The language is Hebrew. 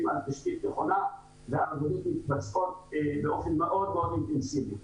על תשתית נכונה והעבודות מתבצעות באופן מאוד מאוד אינטנסיבי.